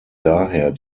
daher